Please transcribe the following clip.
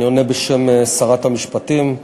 אני עונה בשם שרת המשפטים,